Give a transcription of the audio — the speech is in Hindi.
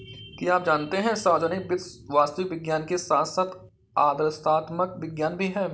क्या आप जानते है सार्वजनिक वित्त वास्तविक विज्ञान के साथ साथ आदर्शात्मक विज्ञान भी है?